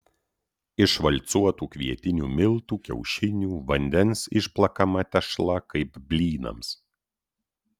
iš valcuotų kvietinių miltų kiaušinių vandens išplakama tešla kaip blynams